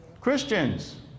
Christians